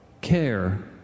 Care